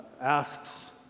asks